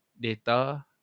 data